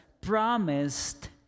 promised